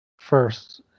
first